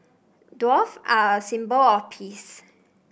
doves are a symbol of peace